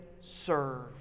serve